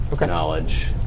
knowledge